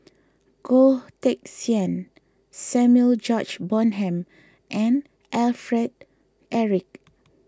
Goh Teck Sian Samuel George Bonham and Alfred Eric